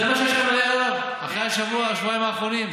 זה מה שיש לכם, אחרי השבוע, השבועיים האחרונים?